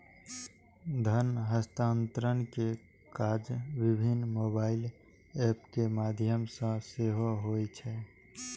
धन हस्तांतरण के काज विभिन्न मोबाइल एप के माध्यम सं सेहो होइ छै